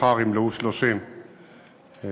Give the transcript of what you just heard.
מחר ימלאו שלושים לפטירתה.